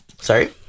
sorry